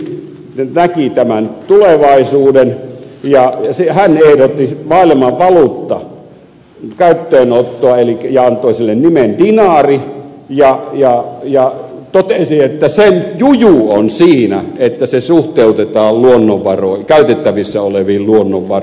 hän näki tämän tulevaisuuden ja ehdotti maailmanvaluutan käyttöönottoa ja antoi sille nimen dinaari ja totesi että sen juju on siinä että se suhteutetaan käytettävissä oleviin luonnonvaroihin